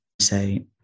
say